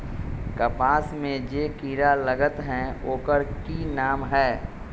कपास में जे किरा लागत है ओकर कि नाम है?